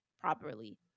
properly